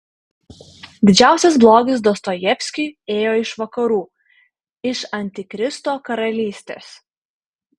didžiausias blogis dostojevskiui ėjo iš vakarų iš antikristo karalystės